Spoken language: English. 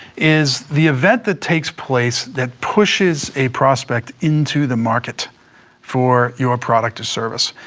is the event that takes place that pushes a prospect into the market for your product or service.